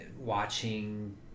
watching